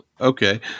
Okay